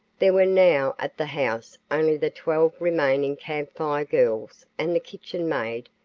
there were now at the house only the twelve remaining camp fire girls and the kitchen maid,